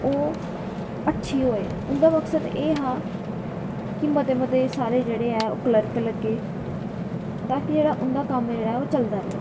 ओह् अच्छी होऐ उंदा मक्सद एह् हा मते मते सारे जेह्ड़े हैन ओह् क्लर्क लग्गै ता की उंदा कम्म जेह्ड़ा ओह् चलदा रवै